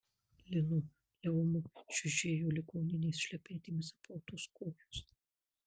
linoleumu čiužėjo ligoninės šlepetėmis apautos kojos